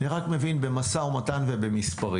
אני רק מבין במשא-ומתן ובמספרים.